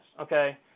okay